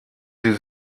sie